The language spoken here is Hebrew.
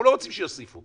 אנחנו לא רוצים שיוסיפו.